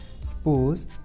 Suppose